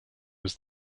was